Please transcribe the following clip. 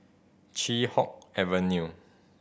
Chee Hoon Avenue